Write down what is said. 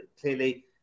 clearly